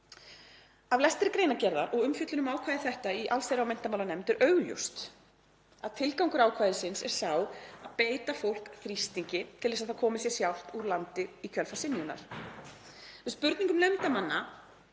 Af lestri greinargerðar og við umfjöllun um ákvæði þetta í allsherjar- og menntamálanefnd er augljóst að tilgangur ákvæðisins er sá að beita fólk þrýstingi til að það komi sér sjálft úr landi í kjölfar synjunar. Við spurningum nefndarmanna